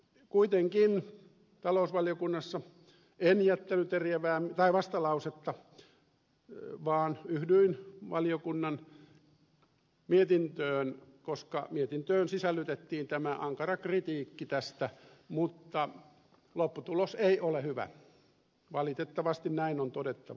kuitenkaan talousvaliokunnassa en jättänyt vastalausetta vaan yhdyin valiokunnan mietintöön koska mietintöön sisällytettiin tämä ankara kritiikki tästä mutta lopputulos ei ole hyvä valitettavasti näin on todettava